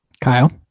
Kyle